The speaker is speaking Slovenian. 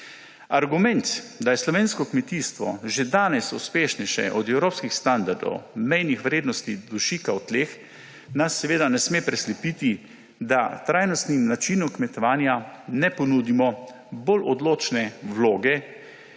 Argument, da je slovensko kmetijstvo že danes uspešnejše od evropskih standardov mejnih vrednosti dušika v tleh, nas seveda ne sme preslepiti, da trajnostnim načinom kmetovanja ne ponudimo bolj odločne vloge